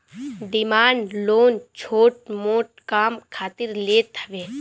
demand loan छोट मोट काम खातिर लेत हवे